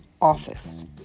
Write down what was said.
office